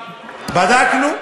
בדקנו,